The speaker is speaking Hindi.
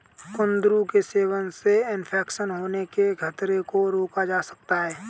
कुंदरू के सेवन से इन्फेक्शन होने के खतरे को रोका जा सकता है